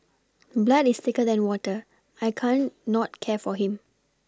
blood is thicker than water I can't not care for him